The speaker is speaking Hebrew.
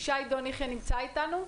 ישי דון יחיא מרת"א אתנו?